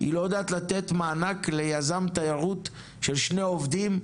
היא לא יודעת לתת מענק ליזם תיירות של שני עובדים,